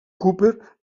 cooper